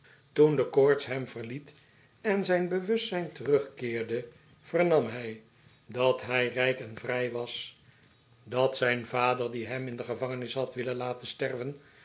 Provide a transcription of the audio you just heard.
toen de koorts hem verliet en zijn bewustzijn terugkeerde vernam hij dat hij rijk en vrij was dat zijn vader die hem in de gevangenis had willen laten sterven